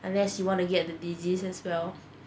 unless you want to get the disease as well